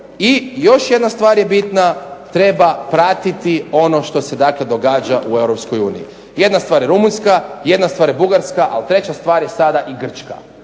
i još jedna stvar je bitna. Treba pratiti ono što se dakle događa u Europskoj uniji. Jedna stvar je Rumunjska, jedna stvar je Bugarska, ali treća stvar je sada i Grčka.